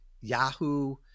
Yahoo